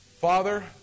Father